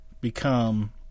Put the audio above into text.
become